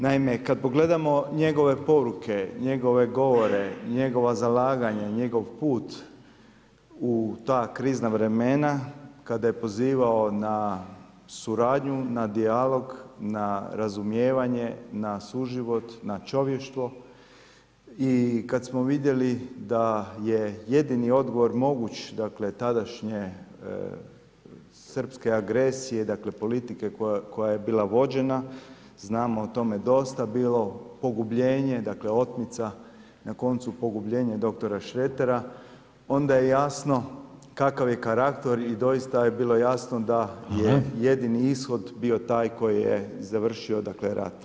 Naime, kad pogledamo njegove poruke, njegove govore, njegova zalaganja, njegov put u ta krizna vremena kada je pozivao na suradnju, na dijalog, na razumijevanje, na suživot, na čovještvo i kad smo vidjeli da je jedini odgovor moguć, dakle tadašnje srpske agresije, dakle politike koja je bila vođena, znamo o tome dosta, bilo pogubljenje, dakle otmica, na koncu pogubljenje dr. Šretera, onda je jasno kakav je karakter i doista je bilo jasno da je jedini ishod bio taj koji je završio rat.